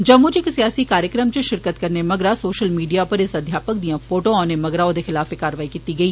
जम्मू च इक सियासी कार्यक्रम च शिरकत करने मगरा सोशल मीड़िया उप्पर इस अध्यापक दियां फोटो औने मगरा ओह्दे खलाफ कार्यवाई कीती गेई